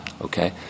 okay